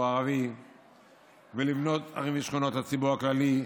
הערבי ולבנות ערים ושכונות לציבור הכללי,